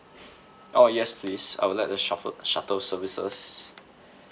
oh yes please I would like the shuffle shuttle services